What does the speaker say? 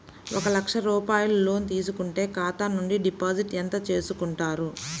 ఒక లక్ష రూపాయలు లోన్ తీసుకుంటే ఖాతా నుండి డిపాజిట్ ఎంత చేసుకుంటారు?